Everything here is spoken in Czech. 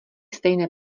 stejné